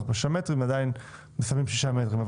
ב-6 מטרים אבל עדיין מסמנים 6 מטרים.